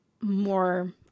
more